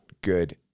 good